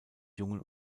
jungen